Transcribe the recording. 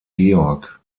georg